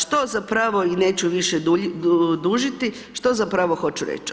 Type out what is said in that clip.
Što zapravo i neću više dužiti, što zapravo hoću reći?